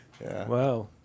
Wow